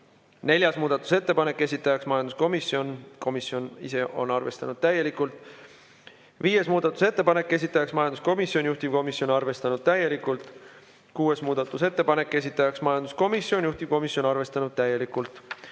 Neljas muudatusettepanek, esitajaks majanduskomisjon, komisjon ise on arvestanud täielikult. Viies muudatusettepanek, esitajaks majanduskomisjon, juhtivkomisjon on arvestanud täielikult. Kuues muudatusettepanek, esitajaks majanduskomisjon, juhtivkomisjon on arvestanud täielikult.